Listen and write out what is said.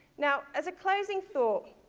now as a closing thought,